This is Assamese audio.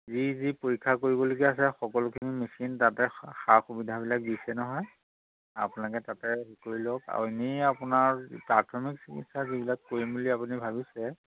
যি যি পৰীক্ষা কৰিবলগীয়া আছে সকলোখিনি মেচিন তাতে সা সুবিধাবিলাক দিছে নহয় আপোনোলোকে তাতে হেৰি কৰি লওক আৰু এনেই আপোনাৰ প্ৰাথমিক চিকিৎসা যিবিলাক কৰিম বুলি আপুনি ভাবিছে